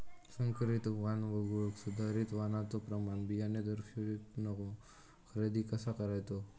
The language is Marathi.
संकरित वाण वगळुक सुधारित वाणाचो प्रमाण बियाणे दरवर्षीक नवो खरेदी कसा करायचो?